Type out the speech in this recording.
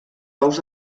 ous